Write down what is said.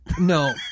No